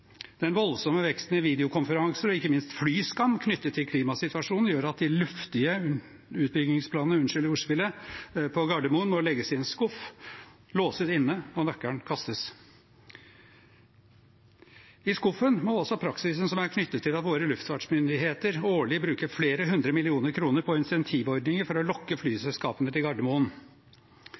den voldsomme veksten i videokonferanser og ikke minst flyskam knyttet til klimasituasjonen gjør at de «luftige» utbyggingsplanene – unnskyld ordspillet – på Gardermoen må legges i en skuff, låses inne, og nøkkelen kastes. I skuffen må også praksisen som er knyttet til at våre luftfartsmyndigheter årlig bruker flere hundre millioner kroner på insentivordninger for å lokke flyselskapene til Gardermoen.